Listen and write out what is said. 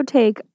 take